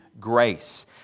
grace